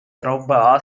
ரொம்ப